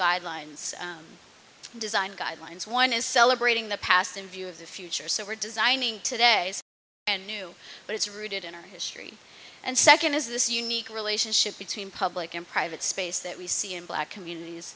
guidelines design guidelines one is celebrating the past in view of the future so we're designing today and new but it's rooted in our history and second is this unique relationship between public and private space that we see in black communities